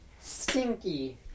stinky